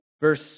Verse